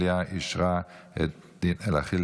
אנחנו עוברים לסעיף ב': החלטת הממשלה על רצונה